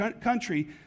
country